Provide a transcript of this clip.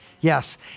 Yes